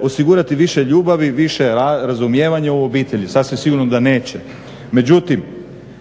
osigurati više ljubavi, više razumijevanja u obitelji, sasvim sigurno da neće. Međutim,